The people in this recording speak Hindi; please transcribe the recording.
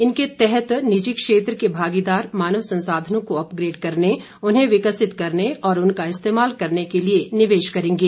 इनके अंतर्गत निजी क्षेत्र के भागीदार मानव संसाधनों को अपग्रेड करने उन्हें विकसित करने और उनका इस्तेमाल करने के लिए निवेश करेंगे